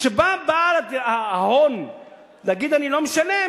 כשבא בעל ההון להגיד: אני לא משלם,